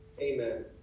Amen